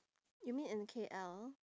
you mean in K_L